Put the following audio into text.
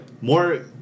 more